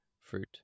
fruit